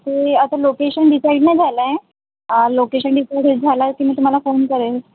ते आता location decide नाही झालं आहे लोकेशन डिसाईड झालं की मी तुम्हाला फोन करेन